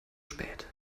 spät